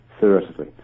theoretically